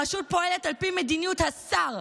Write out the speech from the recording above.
הרשות פועלת על פי מדיניות השר,